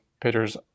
pitchers